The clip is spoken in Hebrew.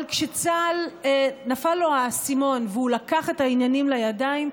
אבל כשלצה"ל נפל האסימון והוא לקח את העניינים לידיים,